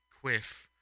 quiff